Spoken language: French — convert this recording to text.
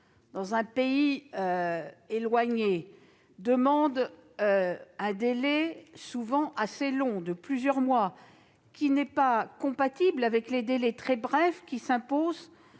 dans un pays éloigné demande un délai souvent assez long, de l'ordre de plusieurs mois, qui n'est pas compatible avec les délais très brefs qui s'imposent